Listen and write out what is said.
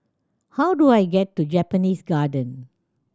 how do I get to Japanese Garden